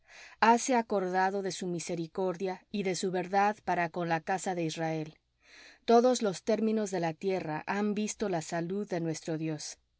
hase acordado de su misericordia y de su verdad para con la casa de israel todos los términos de la tierra han visto la salud de nuestro dios